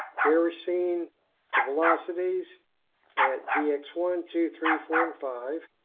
here we're seeing the velocities at dx one, two, three, four and five.